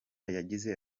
yagize